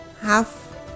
half